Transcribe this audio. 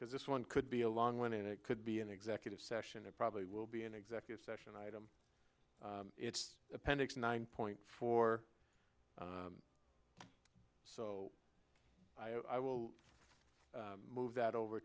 because this one could be a long one and it could be an executive session it probably will be an executive session item it's appendix nine point four so i will move that over